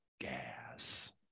gas